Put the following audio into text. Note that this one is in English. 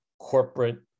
corporate